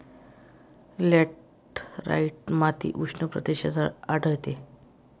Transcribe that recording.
laterite माती उष्ण प्रदेशात आढळते